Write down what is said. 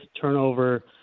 turnover –